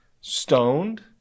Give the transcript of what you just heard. stoned